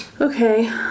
Okay